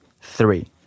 Three